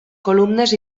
columnes